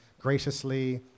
graciously